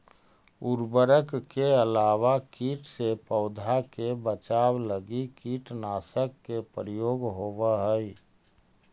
उर्वरक के अलावा कीट से पौधा के बचाव लगी कीटनाशक के प्रयोग होवऽ हई